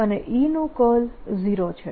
અને E નું curl 0 છે